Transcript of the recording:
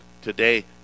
today